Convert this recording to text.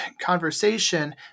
conversation